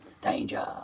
danger